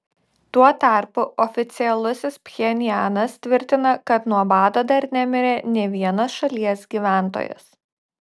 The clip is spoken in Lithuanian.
tuo tarpu oficialusis pchenjanas tvirtina kad nuo bado dar nemirė nė vienas šalies gyventojas